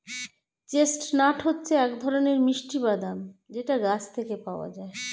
chestnut হচ্ছে এক ধরনের মিষ্টি বাদাম যেটা গাছ থেকে পাওয়া যায়